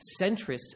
centrist